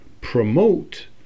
promote